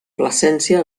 plasència